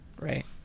right